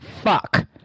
fuck